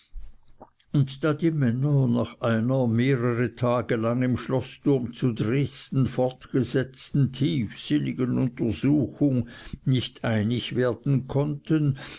und da die männer nach einer mehrere tage lang im schloßturm zu dresden fortgesetzten tiefsinnigen untersuchung nicht einig werden konnten